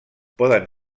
poden